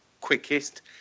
quickest